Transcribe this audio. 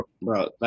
Bro